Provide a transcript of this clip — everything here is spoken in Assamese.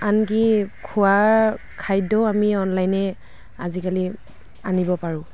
আনকি খোৱাৰ খাদ্যও আমি অনলাইনেই আজিকালি আনিব পাৰোঁ